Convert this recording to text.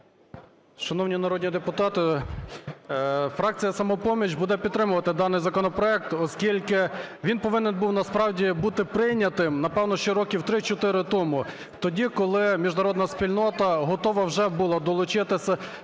Шановні народні депутати! Фракція "Самопоміч" буде підтримувати даний законопроект, оскільки він повинен був, насправді, бути прийнятим, напевне, ще років 3-4 тому. Тоді, коли міжнародна спільнота готова вже була долучитися